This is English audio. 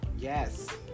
yes